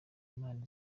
imana